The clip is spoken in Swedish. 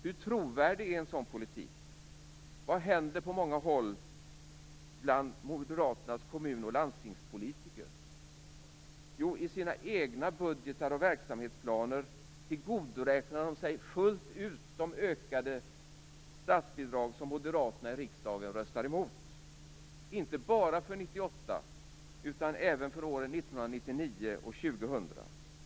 Hur trovärdig är en sådan politik? Vad händer på många håll bland Moderaternas kommun och landstingspolitiker? Jo, i sina egna budgetar och verksamhetsplaner tillgodoräknar de sig fullt ut de ökade statsbidrag som moderaterna i riksdagen röstar emot - inte bara för 1998 utan även för åren 1999 och 2000.